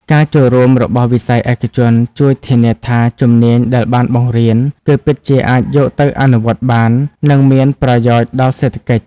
ការចូលរួមរបស់វិស័យឯកជនជួយធានាថាជំនាញដែលបានបង្រៀនគឺពិតជាអាចយកទៅអនុវត្តបាន និងមានប្រយោជន៍ដល់សេដ្ឋកិច្ច។